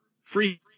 free